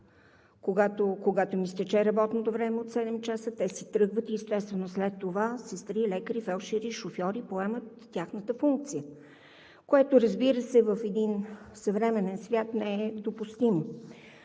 когато им изтече работното време от седем часа, те си тръгват и, естествено, след това сестри, лекари, фелдшери, шофьори, поемат тяхната функция, което, разбира се, в един съвременен свят не е допустимо.